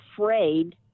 afraid